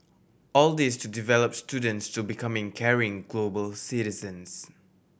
all this to develop students to becoming caring global citizens